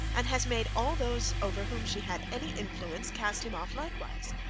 and has made all those over whom she had any influence, cast him off likewise.